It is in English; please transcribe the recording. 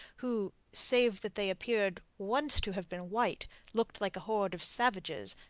who save that they appeared once to have been white looked like a horde of savages,